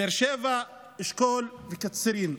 באר שבע, אשכול וקצרין,